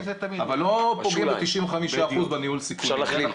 אבל לא פוגעים ב-95% בניהול סיכונים.